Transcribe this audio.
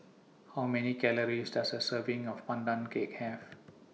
How Many Calories Does A Serving of Pandan Cake Have